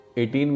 18